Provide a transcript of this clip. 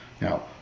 Now